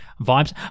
vibes